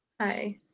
Hi